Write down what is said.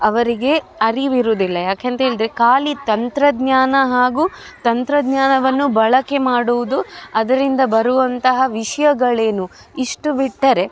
ಅವರಿಗೆ ಅರಿವಿರುವುದಿಲ್ಲ ಯಾಕೆ ಅಂತ ಹೇಳಿದರೆ ಖಾಲಿ ತಂತ್ರಜ್ಞಾನ ಹಾಗೂ ತಂತ್ರಜ್ಞಾನವನ್ನು ಬಳಕೆ ಮಾಡುವುದು ಅದರಿಂದ ಬರುವಂತಹ ವಿಷಯಗಳೇನು ಇಷ್ಟು ಬಿಟ್ಟರೆ